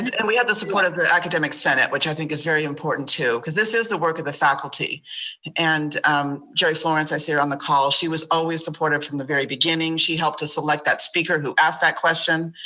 and we had the support of the academic senate, which i think is very important too. cause this is the work of the faculty and um joyce lawrence, i see her on the call. she was always supportive from the very beginning. she helped us select that speaker who asked that question.